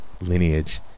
lineage